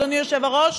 אדוני היושב-ראש,